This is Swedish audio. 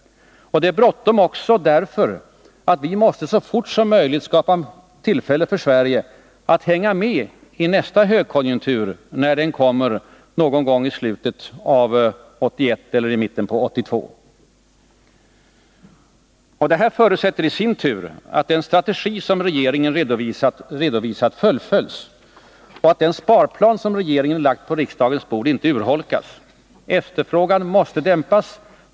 Det är bråttom också därför att vi måste skapa möjligheter för Sverige att hänga medi nästa högkonjunktur, när den kommer någon gång i slutet av 1981 eller i mitten av 1982. Och det förutsätter i sin tur att den strategi som regeringen har redovisat fullföljs och att den sparplan som regeringen har lagt på riksdagens bord inte urholkas. Efterfrågan måste dämpas.